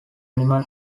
animal